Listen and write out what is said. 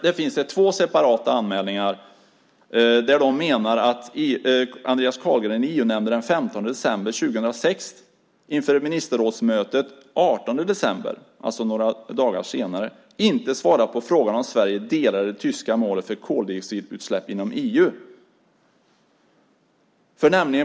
Där finns det två separata anmälningar där man menar att Andreas Carlgren i EU-nämnden den 15 december 2006 inför ministerrådsmötet den 18 december, alltså några dagar senare, inte svarar på frågan om Sverige delar det tyska målet för koldioxidutsläpp inom EU.